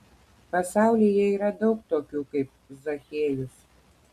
pasaulyje yra daug tokių kaip zachiejus